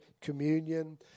communion